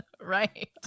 right